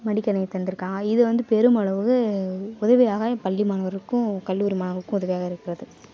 மடிக்கணினி தந்துருக்காங்க இது வந்து பெருமளவு உதவியாக பள்ளி மாணவர்களுக்கும் கல்லூரி மாணவர்களுக்கும் உதவியாக இருக்கின்றது